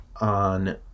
on